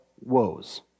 woes